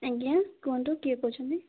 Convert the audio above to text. ଆଜ୍ଞା କୁହନ୍ତୁ କିଏ କହୁଛନ୍ତି